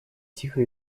тихо